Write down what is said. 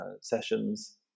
sessions